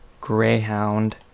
Greyhound